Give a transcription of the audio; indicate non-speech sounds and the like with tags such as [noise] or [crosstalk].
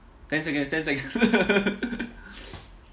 ten seconds ten seconds [laughs]